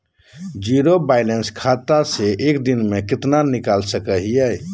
Zero balance खाता से एक दिन में कितना निकाल सको है?